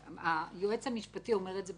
היועץ המשפטי אומר את זה מפורשות.